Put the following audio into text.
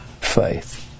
faith